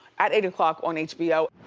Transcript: at eight o'clock on hbo.